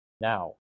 now